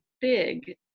big